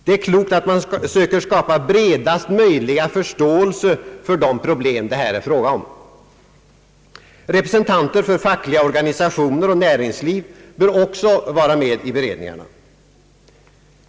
Det är klokt att man söker skapa bredaste möjliga förståelse för de problem det här är fråga om. Representanter för fackliga organisationer och näringsliv bör också vara med i beredningarna.